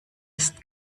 ist